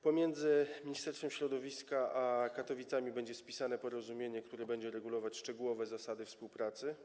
Pomiędzy Ministerstwem Środowiska a Katowicami będzie spisane porozumienie, które będzie bezpośrednio regulować szczegółowe zasady współpracy.